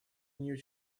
нее